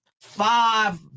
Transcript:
five